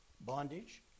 bondage